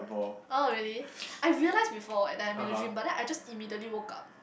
orh really I realised before that I'm in a dream but then I just immediately woke up